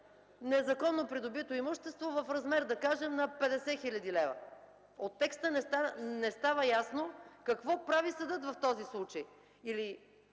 незаконно придобито имущество в размер, да кажем, над 50 хил. лв. От текста не става ясно какво прави съдът в този случай или